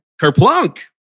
Kerplunk